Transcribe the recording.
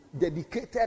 dedicated